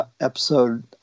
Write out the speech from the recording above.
episode